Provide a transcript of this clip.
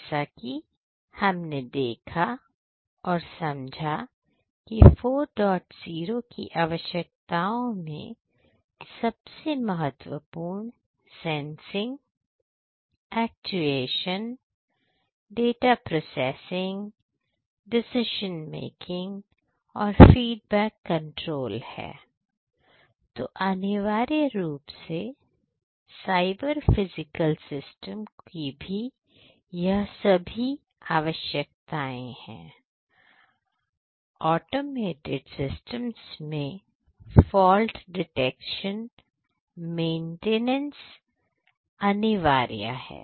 जैसा कि हमने देखा और समझा कि 480 की आवश्यकताओं में सबसे महत्वपूर्ण सेंसिंग अनिवार्य है